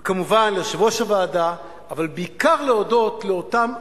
וכמובן ליושב-ראש הוועדה, אבל בעיקר להודות לאותם,